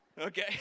Okay